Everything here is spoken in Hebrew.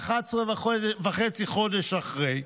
11 וחצי חודשים אחרי,